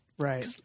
Right